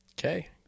Okay